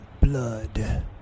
blood